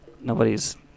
nobody's